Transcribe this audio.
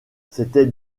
c’étaient